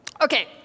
okay